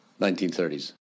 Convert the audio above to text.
1930s